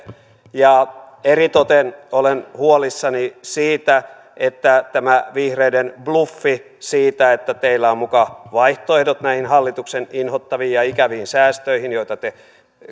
ja eritoten olen huolissani siitä että tämä vihreiden bluffi että teillä on muka vaihtoehdot näihin hallituksen inhottaviin ja ikäviin säästöihin joita te